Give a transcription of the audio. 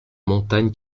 montagne